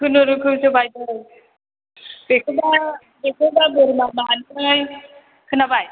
खुनुरुखुमसो बायदों बेखौबा बेखौबा बोरमा मानै खोनाबाय